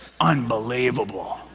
Unbelievable